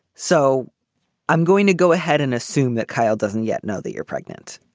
so i'm going to go ahead and assume that kyle doesn't yet know that you're pregnant.